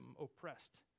oppressed